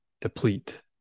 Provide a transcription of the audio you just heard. deplete